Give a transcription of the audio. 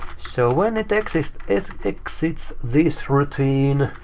so when it exits it exits this routine,